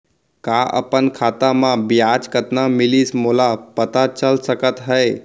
का अपन खाता म ब्याज कतना मिलिस मोला पता चल सकता है?